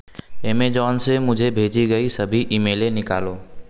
Amazon से मुझे भेजी गई सभी ईमेलें निकालो